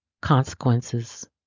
consequences